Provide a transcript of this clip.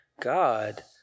God